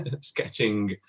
sketching